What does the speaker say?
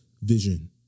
vision